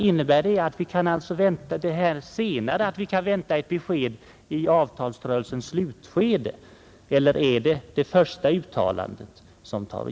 Innebär detta senare uttalande att vi kan vänta ett besked i avtalsrörelsens slutskede, eller gäller det första uttalandet?